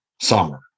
summer